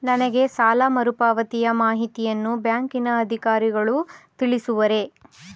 ನನಗೆ ಸಾಲ ಮರುಪಾವತಿಯ ಮಾಹಿತಿಯನ್ನು ಬ್ಯಾಂಕಿನ ಅಧಿಕಾರಿಗಳು ತಿಳಿಸುವರೇ?